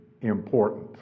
important